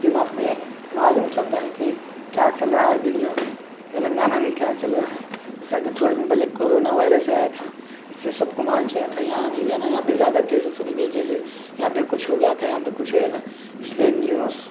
دماغ میں معلوم چلتا ہے کہ کیا چل رہا ہے دنیا میں تلنگانہ میں کیا چل رہا ہے جیسا کہ تھوڑے دن پہلے کورونا وائرس آیا تھا اس سے سب کو معلوم چلا تھا یہاں نہیں جانا ہے یہاں پہ زیادہ کیسزوں ہے یہاں پہ کچھ ہو گیا تھا یہاں پہ کچھ ہویا تھا اس لیے نیوز